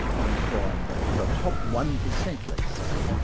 you find that the top one per cent, let's say,